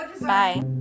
Bye